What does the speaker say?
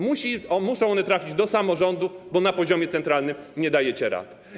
Muszą one trafić do samorządów, bo na poziomie centralnym nie dajecie rady.